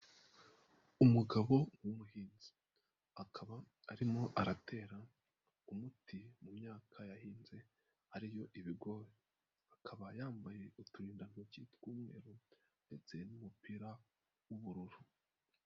Umugabo w'umuhinzi akaba arimo aratera umuti mu myaka yahinze ariyo ibigori, akaba yambaye uturindantoki tw'umweru ndetse n'umupira w'ubururu.